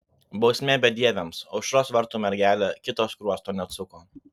bausmė bedieviams aušros vartų mergelė kito skruosto neatsuko